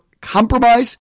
compromise